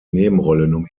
nebenrolle